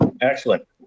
Excellent